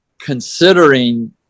considering